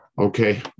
Okay